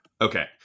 Okay